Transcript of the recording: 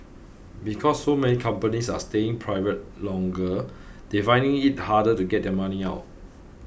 because so many companies are staying private longer they're finding it harder to get their money out